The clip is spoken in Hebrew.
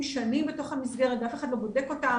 שנים בתוך המסגרת ואף אחד לא בודק אותם,